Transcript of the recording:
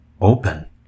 Open